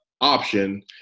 option